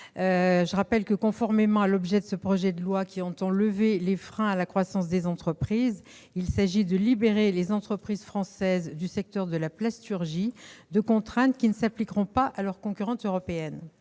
Je rappelle que ce projet de loi entend lever les freins à la croissance des entreprises. Il s'agit en l'occurrence de libérer les entreprises françaises du secteur de la plasturgie de contraintes qui ne s'appliqueront pas à leurs concurrentes européennes.